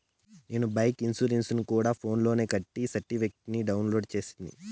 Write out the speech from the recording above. నేను బైకు ఇన్సూరెన్సుని గూడా ఫోన్స్ లోనే కట్టి సర్టిఫికేట్ ని డౌన్లోడు చేస్తిని